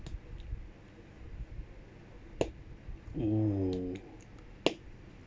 !oo!